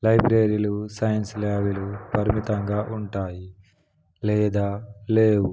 లైబ్రరీలు సైన్స్ ల్యాబ్లు పరిమితంగా ఉంటాయి లేదా లేవు